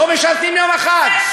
לא משרתים יום אחד.